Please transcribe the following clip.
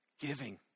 Giving